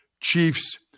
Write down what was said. Chiefs